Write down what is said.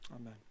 Amen